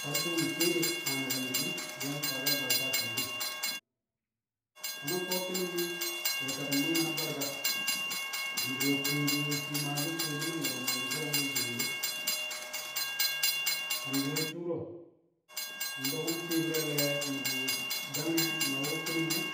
kar tu̱u̱ nkiye de maa naki̱n di̱shi̱n di̱ yang faake̱l barka a kamshi̱n, fo̱no̱ ko̱ ki̱ni̱ng be̱e̱kati̱ng mangke̱ na barka, a ndure kung dur shii maashi̱ kuwoshi nang ko̱du̱ mandi̱ du̱ro̱ mbu̱l shiine de. A ndure shu̱u̱ro̱, ndo̱ku̱m ti̱i̱bi̱re̱ le̱ nu̱bu̱ dang e̱ na wu̱ ki̱ni̱ng e̱,